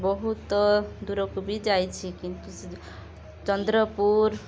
ବହୁତ ଦୂରକୁ ବି ଯାଇଛି କିନ୍ତୁ ଚନ୍ଦ୍ରପୁର